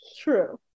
True